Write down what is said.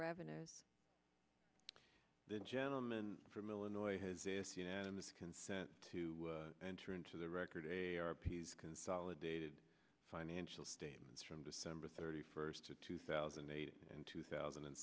revenues the gentleman from illinois has this you know this consent to enter into the record a consolidated financial statements from december thirty first two thousand and eight and two thousand and